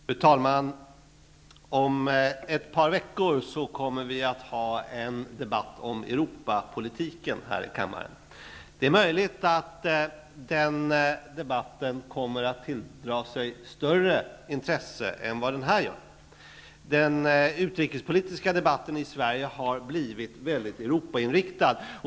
Fru talman! Om ett par veckor kommer vi att ha en debatt om Europapolitiken här i kammaren. Det är möjligt att den debatten kommer att tilldra sig större intresse än denna debatt. Den utrikespolitiska debatten i Sverige har blivit mycket Europainriktad.